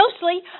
Mostly